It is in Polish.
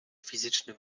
fizyczny